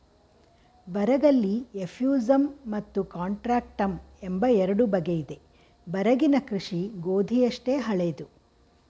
ಬರಗಲ್ಲಿ ಎಫ್ಯೂಸಮ್ ಮತ್ತು ಕಾಂಟ್ರಾಕ್ಟಮ್ ಎಂಬ ಎರಡು ಬಗೆಯಿದೆ ಬರಗಿನ ಕೃಷಿ ಗೋಧಿಯಷ್ಟೇ ಹಳೇದು